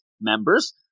members